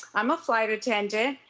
i'm a flight attendant,